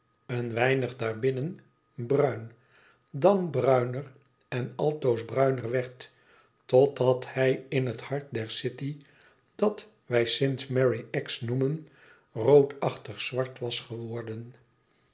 een weinig daarbinnen bruin dan bruiner en altoos bruiner werd totdat hij in het hart der city dat wij saint mary axe noemen roodachtig zwart was geworden